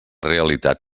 realitat